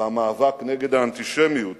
במאבק נגד האנטישמיות